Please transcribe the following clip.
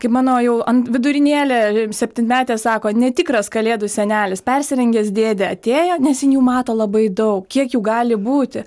kaip mano jau ant vidurinėlė septynmetė sako netikras kalėdų senelis persirengęs dėdė atėjo nes ji jau mato labai daug kiek jų gali būti